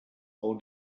own